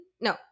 no